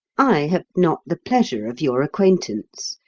i have not the pleasure of your acquaintance.